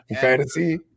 Fantasy